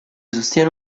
sostiene